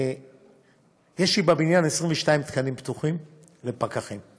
יש לי בבניין 22 תקנים פתוחים לפקחים,